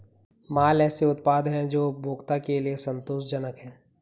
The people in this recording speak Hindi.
माल ऐसे उत्पाद हैं जो उपभोक्ता के लिए संतोषजनक हैं